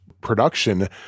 production